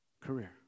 career